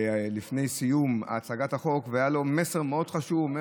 שלפני סיום הצגת החוק היה לו מסר מאוד חשוב.